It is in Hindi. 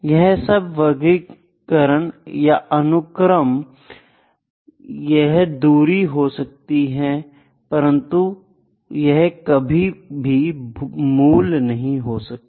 यह सब वर्गीकरण या अनुक्रम यह दूरी हो सकती हैं परंतु यह कभी भी मूल नहीं होती